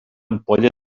ampolla